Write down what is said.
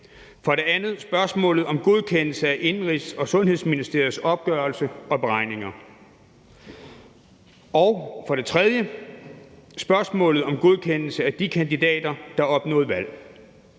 For det andet er der spørgsmålet om godkendelse af Indenrigs- og Sundhedsministeriets opgørelser og beregninger. Og for det tredje er der spørgsmålet om godkendelse af de kandidater, der opnåede valg.